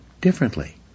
differently